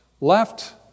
left